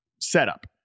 setup